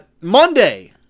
Monday